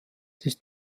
des